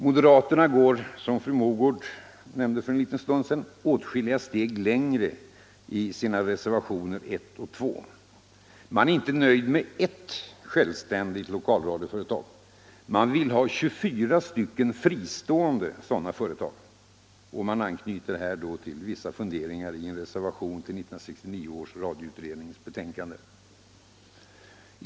Moderaterna går åtskilliga steg längre i sina reservationer 1 och 2. Man är inte nöjd med ert självständigt lokalradioföretag. Man vill ha 24 stycken fristående sådana företag. Man anknyter här till vissa funderingar i en reservation till 1969 års radioutrednings betänkande.